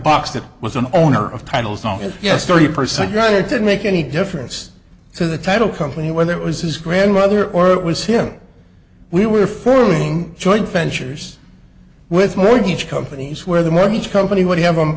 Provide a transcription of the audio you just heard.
box that was an owner of titles on his yes thirty percent right it didn't make any difference to the title company whether it was his grandmother or it was him we were furling joint ventures with mortgage companies where the mortgage company would have